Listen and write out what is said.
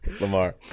Lamar